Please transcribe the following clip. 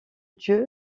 dieu